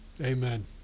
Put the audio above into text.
Amen